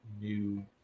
new